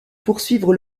poursuivre